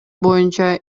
боюнча